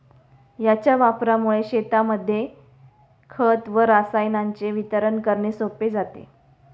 याच्या वापरामुळे शेतांमध्ये खत व रसायनांचे वितरण करणे सोपे जाते